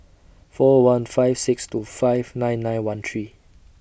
four one five six two five nine nine one three